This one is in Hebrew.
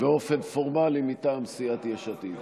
באופן פורמלי מטעם סיעת יש עתיד.